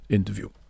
Interview